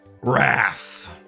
Wrath